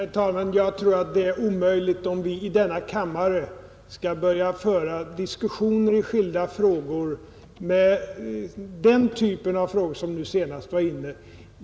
Herr talman! Jag tror att det är omöjligt att i denna kammare börja föra diskussioner i skilda ämnen med den typ av frågor som nu senast togs upp.